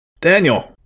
Daniel